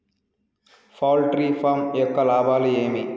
poultry farm యొక్క లాభాలు ఏమి